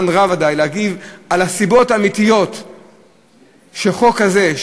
רב על הסיבות האמיתיות לכך שחוק כזה,